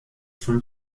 from